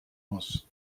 muss